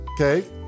Okay